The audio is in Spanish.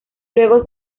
luego